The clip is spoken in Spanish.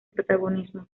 protagonismo